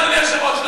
אדוני היושב-ראש.